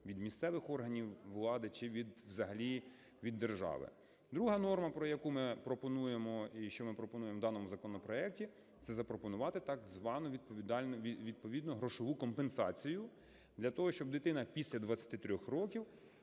від місцевих органів влади чи взагалі від держави. Друга норма, яку ми пропонуємо і що ми пропонуємо в даному законопроекті, – це запропонувати так звану відповідну грошову компенсацію для того, щоб дитина після 23 років